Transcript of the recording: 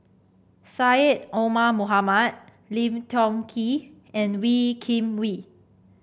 Syed Omar Mohamed Lim Tiong Ghee and Wee Kim Wee